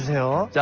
will